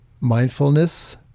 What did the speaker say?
mindfulness